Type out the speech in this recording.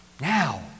Now